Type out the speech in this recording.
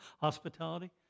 hospitality